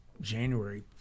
January